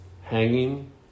hanging